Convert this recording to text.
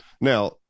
now